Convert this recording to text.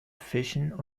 fischen